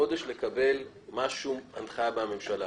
חודש לקבל משהו, הנחיה מהממשלה.